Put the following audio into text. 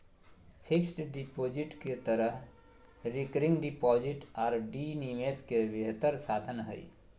fixed deposit के तरह recurring deposit RD निवेश के बेहतर साधन हइ